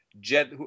Jed